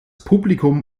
publikum